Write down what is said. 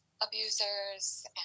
abusers